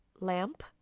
lamp